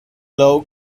low